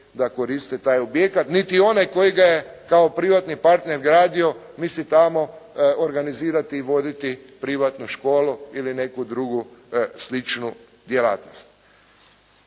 da koriste taj objekat, niti onaj koji ga je kao privatni partner gradio, niti tamo organizirati i voditi privatnu školu ili neku drugu sličnu djelatnost.